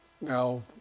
Now